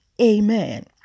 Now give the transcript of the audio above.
Amen